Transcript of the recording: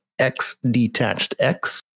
xdetachedx